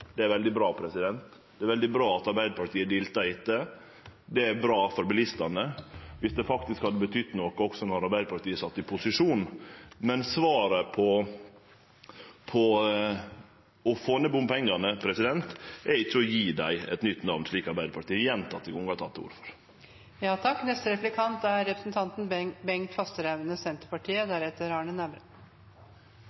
Det er veldig bra – det er veldig bra at Arbeidarpartiet diltar etter. Det er bra for bilistane, viss det faktisk hadde betydd noko også då Arbeidarpartiet sat i posisjon. Men svaret på å få ned bompengane er ikkje å gje dei eit nytt namn, slik Arbeidarpartiet gjentekne gonger har